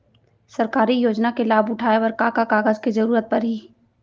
सरकारी योजना के लाभ उठाए बर का का कागज के जरूरत परही